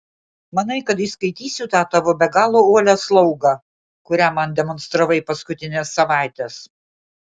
manai kad įskaitysiu tą tavo be galo uolią slaugą kurią man demonstravai paskutines savaites